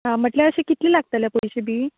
म्हटल्यार अशें कितले लागतले पयशे बी